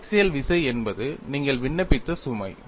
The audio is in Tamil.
பைஆக்சியல் விசை என்பது நீங்கள் விண்ணப்பித்த சுமை